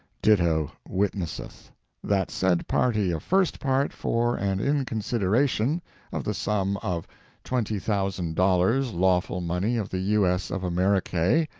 ditto, witnesseth that said party of first part, for and in consideration of the sum of twenty thousand dollars, lawful money of the u. s. of americay,